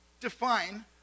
define